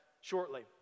shortly